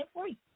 free